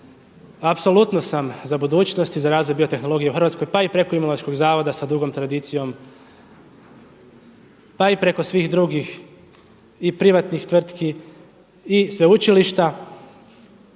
Apsolutno sam za budućnost i za razvoj biotehnologije u Hrvatskoj pa i preko Imunološkog zavoda sa dugom tradicijom, pa i preko svih drugih i privatnih tvrtki i sveučilišta.